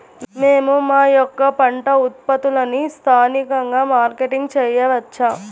మేము మా యొక్క పంట ఉత్పత్తులని స్థానికంగా మార్కెటింగ్ చేయవచ్చా?